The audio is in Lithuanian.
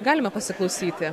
galime pasiklausyti